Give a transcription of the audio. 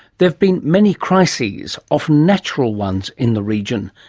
there have been many crises, often natural ones, in the region,